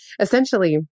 essentially